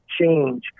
change